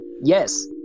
Yes